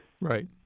Right